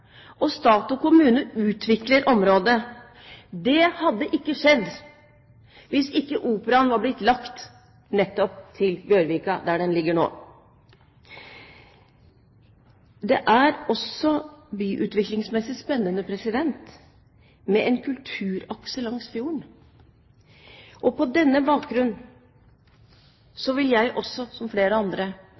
og stat og kommune utvikler området. Det hadde ikke skjedd hvis Operaen ikke var blitt lagt nettopp til Bjørvika, der den ligger nå. Det er også byutviklingsmessig spennende med en kulturakse langs fjorden. På denne bakgrunn vil også jeg, som flere andre,